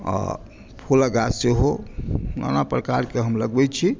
आओर फूलक गाछ सेहो नाना प्रकारके हम लगबैत छी